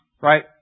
right